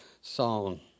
song